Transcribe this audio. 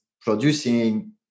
producing